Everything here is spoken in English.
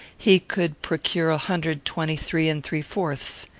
he could procure a hundred twenty-three and three-fourths.